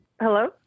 Hello